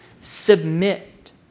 submit